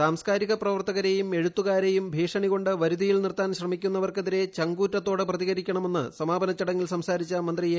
സാംസ്കാരിക പ്രവർത്തകരെയും എഴുത്തുകാരെയും ഭീഷണികൊണ്ട് വരുതിയിൽ നിർത്താൻ ശ്രമിക്കുന്നവർക്കെതിരെ ചങ്കൂറ്റത്തോടെ പ്രതികരിക്കണമെന്ന് സമാപന ചടങ്ങിൽ സംസാരിച്ച മന്ത്രി എ